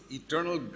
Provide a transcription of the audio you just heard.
eternal